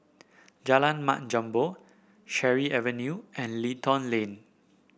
Jalan Mat Jambol Cherry Avenue and Lentor Lane